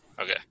Okay